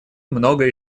многое